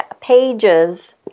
pages